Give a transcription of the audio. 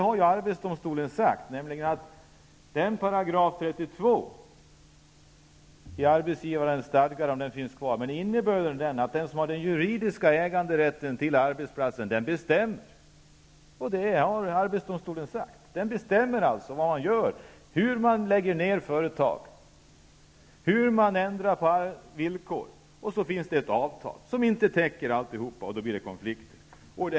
Jag vet inte om § 32 i Arbetsgivareföreningens stadgar finns kvar. Men arbetsdomstolen har sagt att innebörden är att den som har den juridiska äganderätten till arbetsplatsen bestämmer vad man skall göra, hur man lägger ner företag och hur man ändrar villkor. Så finns det ett avtal som inte täcker alltsammans, och det blir konflikter.